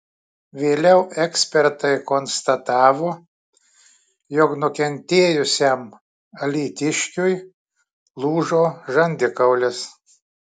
vėliau ekspertai konstatavo jog nukentėjusiam alytiškiui lūžo žandikaulis